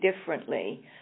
differently